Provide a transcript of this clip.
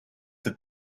that